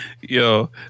Yo